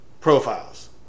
profiles